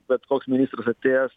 bet koks narys kuris atėjęs